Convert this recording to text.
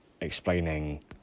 explaining